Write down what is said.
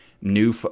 new